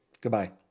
Goodbye